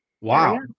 wow